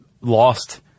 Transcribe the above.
lost